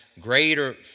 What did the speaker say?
greater